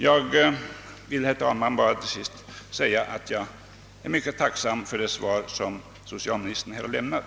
Jag vill, herr talman, till sist säga att jag är mycket tacksam för det svar som socialministern har lämnat.